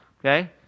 okay